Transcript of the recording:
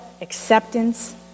acceptance